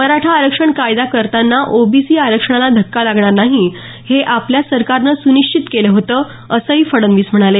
मराठा आरक्षण कायदा करताना ओबीसी आरक्षणाला धक्का लागणार नाही हे आपल्या सरकारनं सुनिश्चित केलं होतं असंही फडणवीस म्हणाले